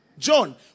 John